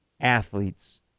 athletes